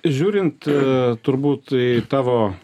žiūrint turbūt į tavo